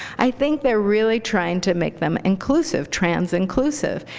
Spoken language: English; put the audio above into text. i think they're really trying to make them inclusive, trans inclusive.